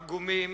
עגומים,